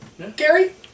Gary